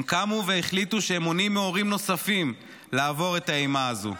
הם קמו והחליטו שהם מונעים מהורים נוספים לעבור את האימה הזו.